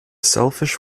selfish